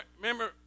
remember